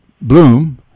Bloom